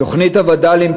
תוכנית הווד"לים,